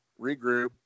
regroup